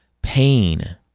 pain